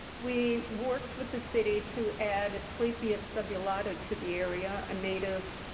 we worked with the city to add asclepias subulata to the area, a native